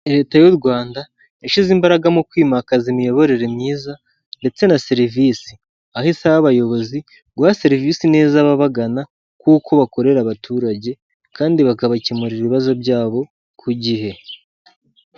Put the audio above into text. Leta y'u Rwanda yashyize imbaraga mu kwimakaza imiyoborere myiza ndetse na serivisi. Aho isaba abayobozi guha serivisi neza ababagana, kuko bakorera abaturage kandi bakabakemurira ibibazo byabo ku gihe.